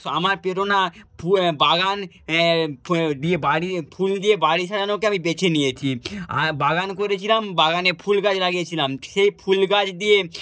আমার প্রেরণা বাগান দিয়ে বাড়ি ফুল দিয়ে বাড়ি সাজানোকে আমি বেছে নিয়েছি আর বাগান করেছিলাম বাগানে ফুল গাছ লাগিয়েছিলাম সেই ফুল গাছ দিয়ে